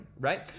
right